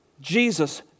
Jesus